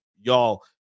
y'all